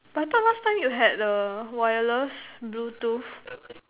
but I thought last time you had the wireless Bluetooth